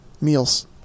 meals